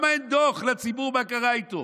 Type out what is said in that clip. למה אין דוח לציבור מה קרה איתו?